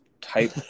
type